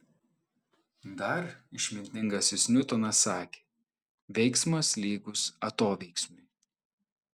dar išmintingasis niutonas sakė veiksmas lygus atoveiksmiui